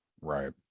right